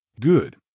Good